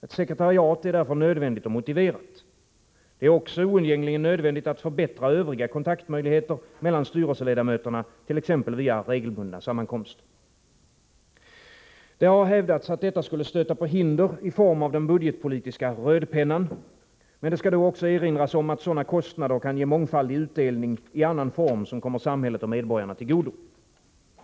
Ett sekretariat är därför nödvändigt och motiverat. Det är också oundgängligen nödvändigt att förbättra övriga kontaktmöjligheter mellan styrelseledamöterna, t.ex. via regelbundna sammankomster. Det har hävdats att detta skulle stöta på hinder i form av den budgetpolitiska rödpennan, men det skall då också erinras om att sådana kostnader kan ge mångfaldig utdelning i annan form, som kommer samhället och medborgarna till godo.